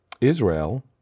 Israel